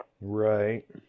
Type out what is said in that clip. Right